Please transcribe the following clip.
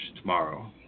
Tomorrow